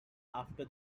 after